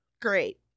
Great